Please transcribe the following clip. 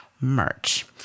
merch